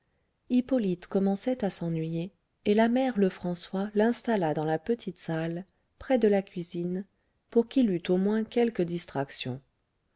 hippolyte commençait à s'ennuyer et la mère lefrançois l'installa dans la petite salle près de la cuisine pour qu'il eût au moins quelque distraction